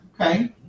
Okay